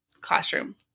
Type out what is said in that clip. classroom